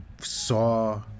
saw